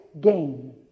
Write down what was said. gain